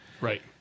Right